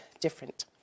different